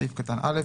בסעיף קטן (א),